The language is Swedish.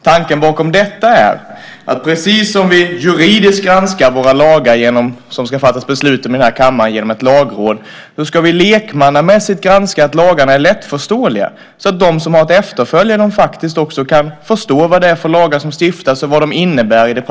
Tanken bakom förslaget är att på samma sätt som vi juridiskt via Lagrådet granskar de lagförslag som det ska fattas beslut om i kammaren ska vi även lekmannamässigt granska att lagarna är lättförståeliga, så att de som har att efterfölja dem faktiskt kan förstå vilka lagar som stiftas och vad de i praktiken innebär.